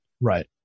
Right